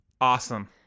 Awesome